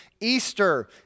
Easter